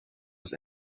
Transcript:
was